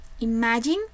Imagine